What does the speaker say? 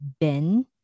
Ben